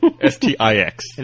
S-T-I-X